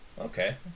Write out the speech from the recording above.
Okay